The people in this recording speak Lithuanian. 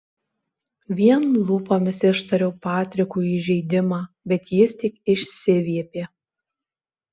vien lūpomis ištariau patrikui įžeidimą bet jis tik išsiviepė